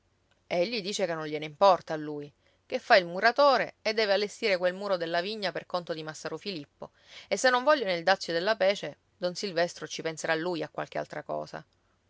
voi egli dice che non gliene importa a lui che fa il muratore e deve allestire quel muro della vigna per conto di massaro filippo e se non vogliono il dazio della pece don silvestro ci penserà lui a qualche altra cosa